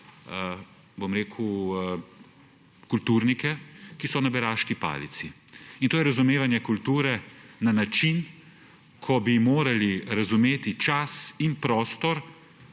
imamo kulturnike, ki so na beraški palici. To je razumevanje kulture na način, ko bi morali razumeti čas in prostor